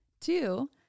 Two